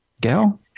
gal